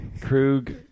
Krug